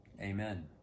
Amen